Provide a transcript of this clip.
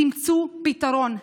תמצאו פתרון.